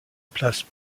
place